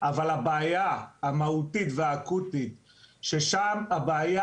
אבל הבעיה המהותית והאקוטית ששם הבעיה